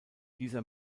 dieser